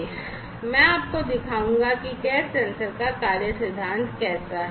मैं आपको दिखाऊंगा कि गैस सेंसर का कार्य सिद्धांत क्या है